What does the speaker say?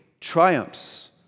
triumphs